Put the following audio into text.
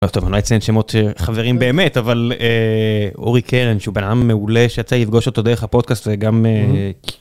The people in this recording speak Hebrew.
טוב, אני לא אציין שמות שחברים באמת אבל... אורי קרן שהוא בן אדם מעולה שיצא לי לפגוש אותו דרך הפודקאסט וגם.